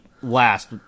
last